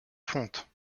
fonte